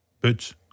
boots